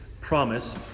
promise